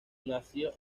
nació